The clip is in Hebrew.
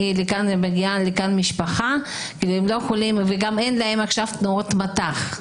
כשמגיעה לכאן משפחה הם לא יכולים וגם אין להם עכשיו תנועות מט"ח.